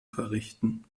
verrichten